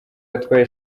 yatwaye